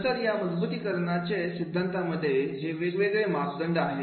नंतर या मजबुतीकरणाचे सिद्धांतामध्ये हे वेगवेगळे मापदंड आहेत